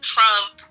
Trump